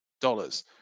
dollars